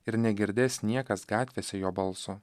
ir negirdės niekas gatvėse jo balso